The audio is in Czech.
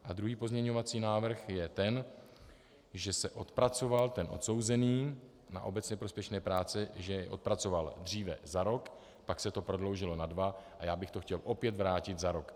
A druhý pozměňovací návrh je ten, že odpracoval ten odsouzený na obecně prospěšné práce, že je odpracoval dříve za rok, pak se to prodloužilo na dva a já bych to chtěl opět vrátit za rok.